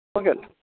ഓക്കെയല്ലേ